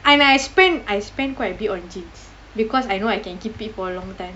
and I spend I spend quite a bit on jeans because I know I can keep it for a long time